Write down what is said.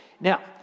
now